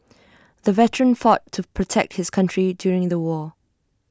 the veteran fought to protect his country during the war